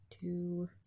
two